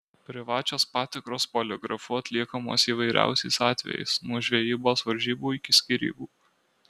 privačios patikros poligrafu atliekamos įvairiausiais atvejais nuo žvejybos varžybų iki skyrybų